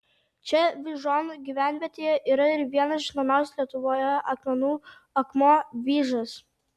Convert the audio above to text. čia vyžuonų gyvenvietėje yra ir vienas žinomiausių lietuvoje akmenų akmuo vyžas